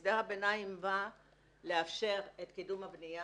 הסדר הביניים בא לאפשר את קידום הבניה